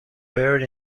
buried